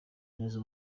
neza